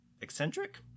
eccentric